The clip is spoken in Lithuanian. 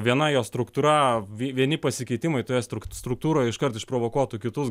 viena jo struktūra vieni pasikeitimai toje strukt struktūroj iškart išprovokuotų kitus